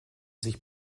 sich